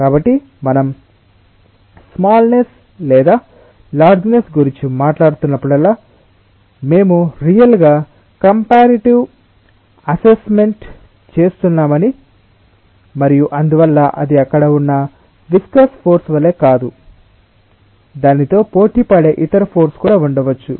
కాబట్టి మనకి స్మాల్నెస్ లేదా లార్జ్నెస్ గురించి మాట్లాడుతున్నప్పుడల్లా మేము రియల్ గా కంపారిటివ్ అస్సెస్స్మెంట్ వేస్తున్నాము మరియు అందువల్ల అది అక్కడ ఉన్న విస్కస్ ఫోర్స్ వలె కాదు దానితో పోటీపడే ఇతర ఫోర్స్ కూడా ఉండవచ్చు